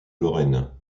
lorraine